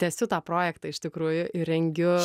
tęsiu tą projektą iš tikrųjų ir rengiu